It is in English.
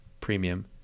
premium